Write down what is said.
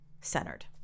centered